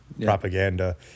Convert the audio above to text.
propaganda